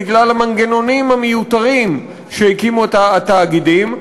בגלל המנגנונים המיותרים שהקימו התאגידים,